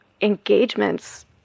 engagements